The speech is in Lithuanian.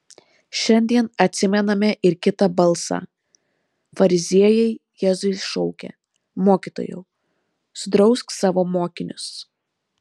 šiandien atsimename ir kitą balsą fariziejai jėzui šaukė mokytojau sudrausk savo mokinius